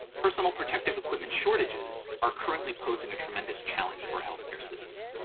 personal protective equipment shortages are currently posing a tremendous challenge for our healthcare system.